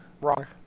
Wrong